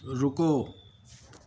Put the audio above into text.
ਰੁਕੋ